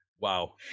Wow